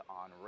on